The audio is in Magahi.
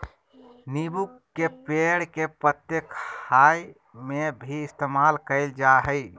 नींबू के पेड़ के पत्ते खाय में भी इस्तेमाल कईल जा हइ